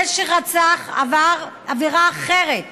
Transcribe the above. זה שרצח עבר עבירה אחרת,